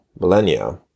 millennia